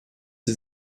sie